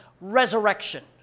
resurrection